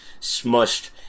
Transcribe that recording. smushed